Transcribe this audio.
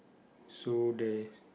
so there